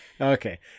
Okay